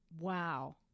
wow